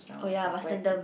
oh ya vasantham